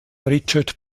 richard